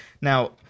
Now